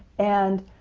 and